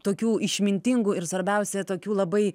tokių išmintingų ir svarbiausia tokių labai